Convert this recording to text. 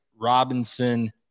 robinson